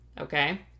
Okay